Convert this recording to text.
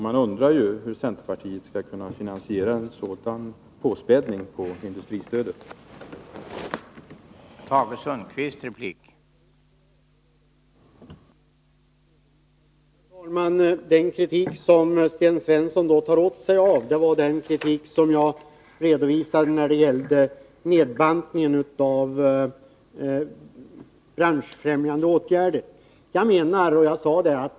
Jag undrar hur centerpartiet skall kunna finansiera en 19 maj 1983 sådan påspädning på industristödet. — Åtgärder för teko